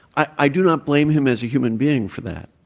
i do not blame him as a human being for that.